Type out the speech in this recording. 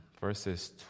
verses